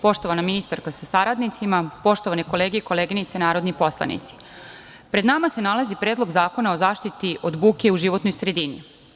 Poštovana ministarko sa saradnicima, poštovane kolege i koleginice narodne poslanice, pred nama se nalazi Predlog zakona o zaštiti od buke u životnoj sredini.